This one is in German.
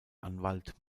anwalt